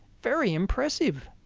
very impressive.